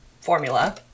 formula